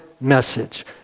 message